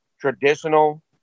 traditional